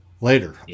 later